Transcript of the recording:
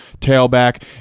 tailback